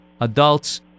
adults